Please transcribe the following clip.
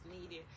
needed